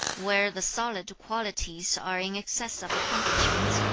where the solid qualities are in excess of accomplishments,